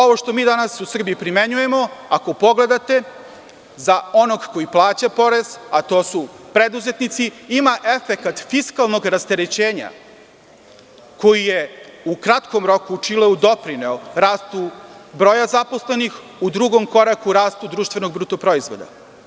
Ovo što mi danas u Srbiji primenjujemo, ako pogledate, za onog koji plaća porez, a to su preduzetnici, ima efekat fiskalnog rasterećenja koji je u kratkom roku u Čileu doprineo rastu broja zaposlenih, a u drugom koraku rastu društvenog bruto proizvoda.